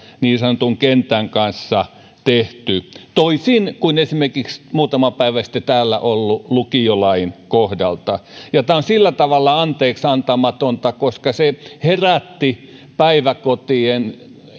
niin sanotun kentän kanssa tehty toisin kuin esimerkiksi muutama päivä sitten täällä olleen lu kiolain kohdalla ja tämä on sillä tavalla anteeksiantamatonta koska se herätti päiväkotien